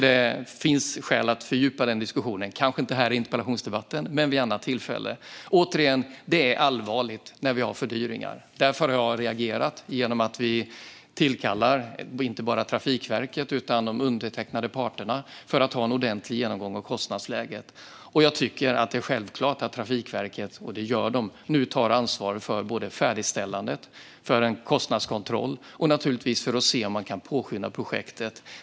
Det finns skäl att fördjupa denna diskussion - kanske inte här i interpellationsdebatten men vid annat tillfälle. Jag upprepar att det är allvarligt med fördyringar. Därför har jag reagerat genom att vi tillkallar inte bara Trafikverket utan även de undertecknande parterna för att ha en ordentlig genomgång av kostnadsläget. Jag tycker att det är självklart att Trafikverket tar ansvar - och det gör man nu - för både färdigställandet och en kostnadskontroll och naturligtvis för att se om man kan påskynda projektet.